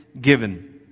given